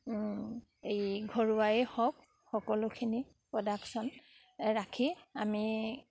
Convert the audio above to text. এই ঘৰুৱাই হওক সকলোখিনি প্ৰডাকশ্যন ৰাখি আমি